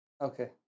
Okay